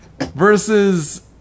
Versus